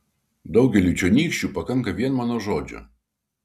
daugeliui čionykščių pakanka vien mano žodžio